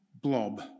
blob